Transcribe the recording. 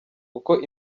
uko